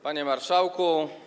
Panie Marszałku!